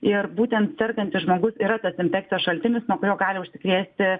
ir būtent sergantis žmogus yra tas infekcijos šaltinis nuo kurio gali užsikrėsti